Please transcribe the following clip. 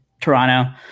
toronto